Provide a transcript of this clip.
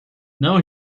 não